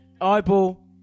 Eyeball